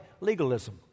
Legalism